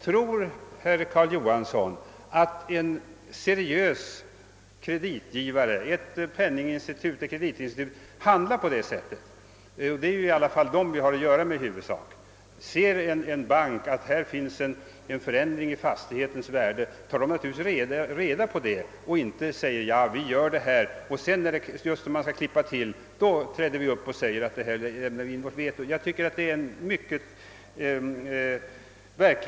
Tror herr Johansson att en seriös kreditgivare, ett penningeller kreditinstitut, handlar så? Det är ju sådana inrättningar vi i regel har att göra med. Om det blivit en förändring i fastighetens värde tar naturligtvis banken reda på det. Veder börande bank går inte först med på det hela för att sedan, när förrättningen skall fastställas, klippa till och säga att man lägger in sitt veto.